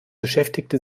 beschäftigte